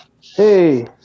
Hey